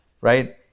Right